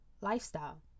Lifestyle